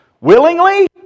willingly